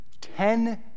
ten